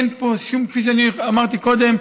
אין פה שום, אמרתי קודם: